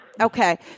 Okay